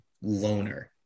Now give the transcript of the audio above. loner